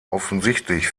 offensichtlich